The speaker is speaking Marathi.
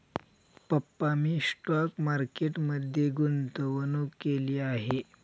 पप्पा मी स्टॉक मार्केट मध्ये गुंतवणूक केली आहे